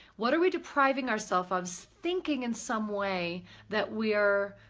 what are we depriving ourself of? thinking in some way that we are